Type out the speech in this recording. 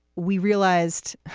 we realized